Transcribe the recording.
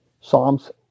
Psalms